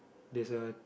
there's a